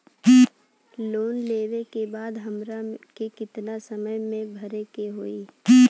Loan लेवे के बाद हमरा के कितना समय मे भरे के होई?